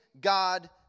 God